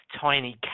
tiny